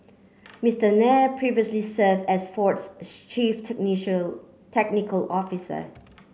Mister Nair previously serve as Ford's chief technical officer